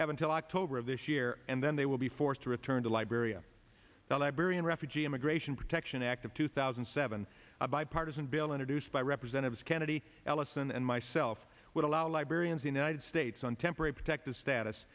have until october of this year and then they will be forced to return to liberia the liberian refugee immigration protection act of two thousand and seven a bipartisan bill introduced by representatives kennedy ellison and myself would allow librarians united states on temporary protected status